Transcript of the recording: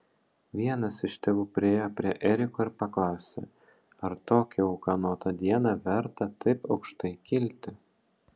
vienas iš tėvų priėjo prie eriko ir paklausė ar tokią ūkanotą dieną verta taip aukštai kilti